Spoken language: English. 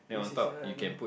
yes yes ya I know